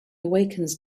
awakens